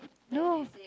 ya